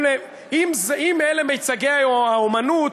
אם אלה מיצגי האמנות,